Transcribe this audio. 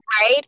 right